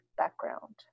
background